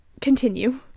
continue